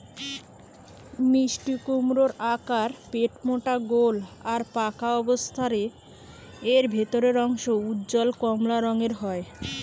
মিষ্টিকুমড়োর আকার পেটমোটা গোল আর পাকা অবস্থারে এর ভিতরের অংশ উজ্জ্বল কমলা রঙের হয়